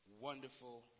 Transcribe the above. wonderful